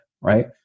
right